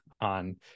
on